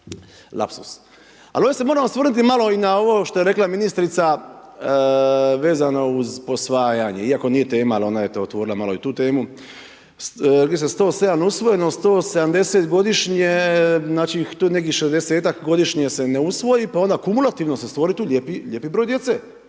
lapsus, ali ovdje se moramo osvrnuti malo i na ovo što je rekla ministrica vezano uz posvajanje iako nije tema, al ona je malo otvorila i tu temu. 107 usvojeno, 170 godišnje, znači, tu nekih 60-tak godišnje se ne usvoji, pa onda kumulativno se stvori tu lijepi broj djece.